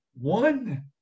One